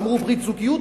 אמרו ברית זוגיות,